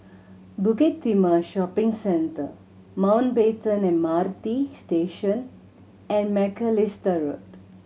Bukit Timah Shopping Centre Mountbatten M R T Station and Macalister Road